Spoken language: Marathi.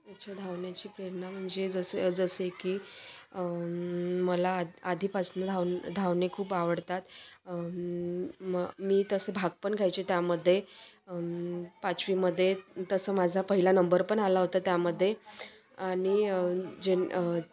अच्छा धावण्याची प्रेरणा म्हणजे जसं जसे की मला आ आधीपासून धाव धावणे खूप आवडतात म मी तसं भाग पण घ्यायचे त्यामध्ये पाचवीमध्ये तसं माझा पहिला नंबर पण आला होता त्यामध्ये आणि जेन